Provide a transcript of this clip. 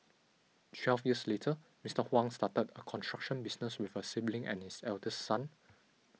twelve years later Mister Huang started a construction business with a sibling and his eldest son